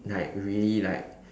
like really like